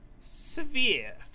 Severe